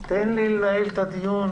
תן לי לנהל את הדיון.